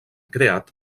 creat